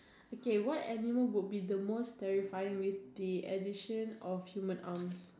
okay what animal would be the most terrifying with the addition of human arms